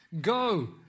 Go